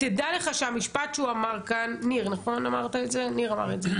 תדע לך שהמשפט שניר אמר כאן זה משפט